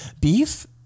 beef